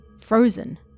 frozen